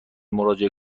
مراجعه